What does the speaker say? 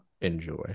enjoy